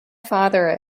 father